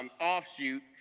offshoot